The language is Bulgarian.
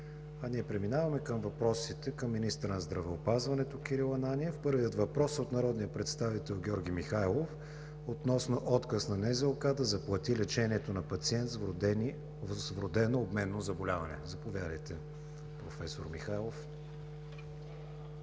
Ние преминаваме към въпросите към министъра на здравеопазването Кирил Ананиев. Първият въпрос е от народния представител Георги Михайлов относно отказ на НЗОК да заплати лечението на пациент с вродено обменно заболяване. Заповядайте, професор Михайлов.